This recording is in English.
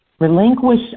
Relinquish